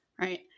right